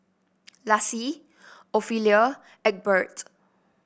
Laci Ophelia Egbert